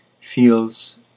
feels